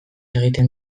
egiten